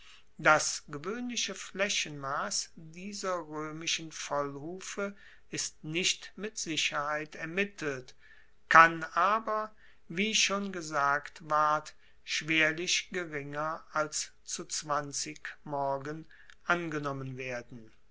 das gewoehnliche flaechenmass dieser roemischen vollhufe ist nicht mit sicherheit ermittelt kann aber wie schon gesagt ward schwerlich geringer als zu morgen angenommen werden